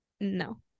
No